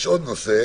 יש עוד נושא,